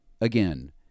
again